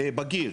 בגיר,